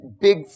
big